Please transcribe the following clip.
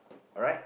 alright